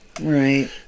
Right